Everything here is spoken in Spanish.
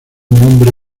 nombre